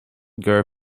girl